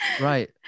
Right